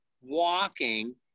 walking